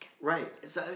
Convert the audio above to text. Right